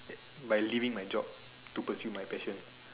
by leaving my job to pursue my passion